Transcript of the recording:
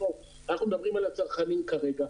אנחנו מדברים על הצרכנים כרגע.